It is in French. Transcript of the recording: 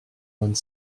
vingt